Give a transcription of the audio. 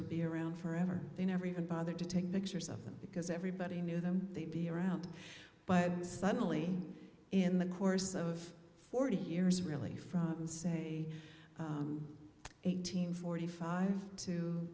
would be around forever they never even bothered to take pictures of them because everybody knew them they'd be around but suddenly in the course of forty years really from say eighteen forty five to